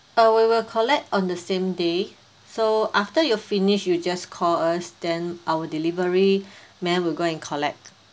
uh we will collect on the same day so after you finish you just call us then our delivery man will go and collect